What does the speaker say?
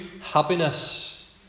happiness